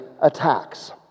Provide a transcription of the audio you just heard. attacks